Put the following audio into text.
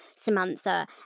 Samantha